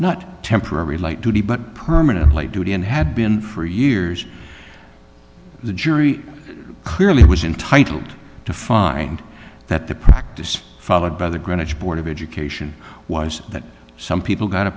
not temporary light duty but permanently duty and had been for years the jury clearly was intitled to find that the practice followed by the greenwich board of education was that some people got a